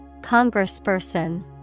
Congressperson